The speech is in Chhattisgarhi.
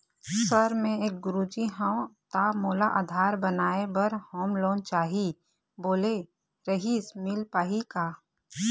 सर मे एक गुरुजी हंव ता मोला आधार बनाए बर होम लोन चाही बोले रीहिस मील पाही का?